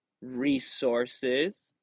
resources